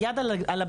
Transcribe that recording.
היד על הברז,